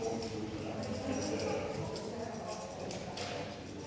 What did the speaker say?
Tak).